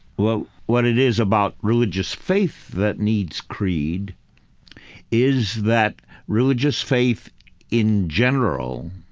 well, what it is about religious faith that needs creed is that religious faith in general,